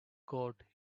coat